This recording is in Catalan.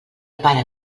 pare